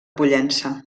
pollença